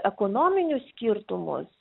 ekonominius skirtumus